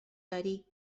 داری